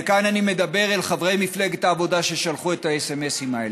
וכאן אני מדבר אל חברי מפלגת העבודה ששלחו את הסמ"סים האלה,